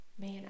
man